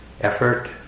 effort